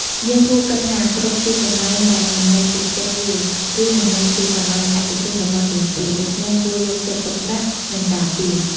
យើងគួរគិតថា គ្រប់ទីកន្លែងដែលមិនមែនជាផ្ទះយើង គឺមិនមែនជាកន្លែងឯកជនរបស់យើងទេ ដូច្នេះគួរយកចិត្តទុកដាក់ និងការពារ។